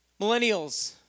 millennials